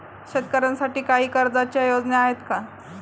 शेतकऱ्यांसाठी काही कर्जाच्या योजना आहेत का?